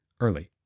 early